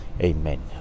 Amen